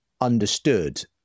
understood –